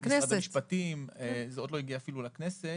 משר המשפטים, לא הגיע אפילו לכנסת.